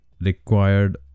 required